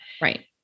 right